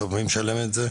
אז בסוף מי משלם את זה?